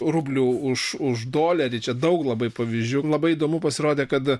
rublių už už dolerį čia daug labai pavyzdžių labai įdomu pasirodė kad